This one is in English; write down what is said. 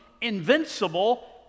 invincible